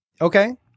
Okay